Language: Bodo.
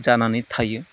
जानानै थायो